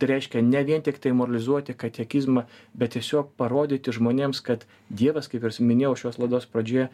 tai reiškia ne vien tiktai moralizuoti katekizmą bet tiesiog parodyti žmonėms kad dievas kaip ir minėjau šios laidos pradžioje